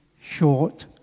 short